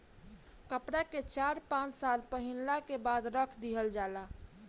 कपड़ा के चार पाँच साल पहिनला के बाद रख दिहल जाला